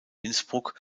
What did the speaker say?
innsbruck